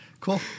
Cool